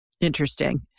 Interesting